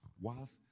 whilst